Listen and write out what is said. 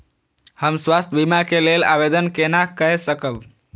हम स्वास्थ्य बीमा के लेल आवेदन केना कै सकब?